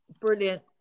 brilliant